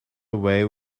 away